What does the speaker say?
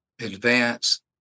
advance